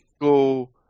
go